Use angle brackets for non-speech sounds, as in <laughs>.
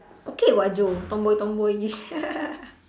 okay what joe tomboy tomboy <laughs>